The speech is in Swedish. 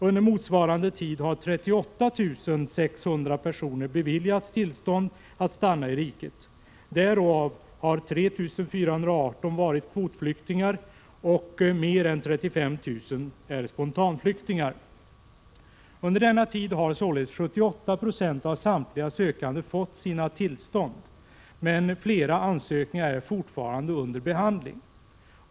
Under motsvarande tid har 38 600 personer beviljats tillstånd att stanna i riket. Därav har 3 418 varit kvotflyktingar och mer än 35 000 är spontanflyktingar. Under denna tid har således 78 960 av samtliga sökande fått sina tillstånd, men flera ansökningar är fortfarande under behandling.